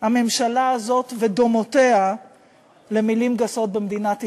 הממשלה הזאת ודומותיה למילים גסות במדינת ישראל.